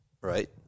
right